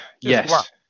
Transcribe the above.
Yes